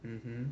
mmhmm